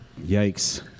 Yikes